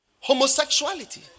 Homosexuality